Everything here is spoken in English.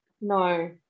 No